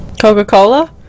Coca-Cola